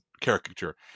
caricature